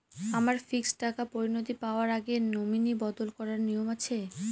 আমার ফিক্সড টাকা পরিনতি পাওয়ার আগে নমিনি বদল করার নিয়ম আছে?